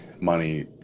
money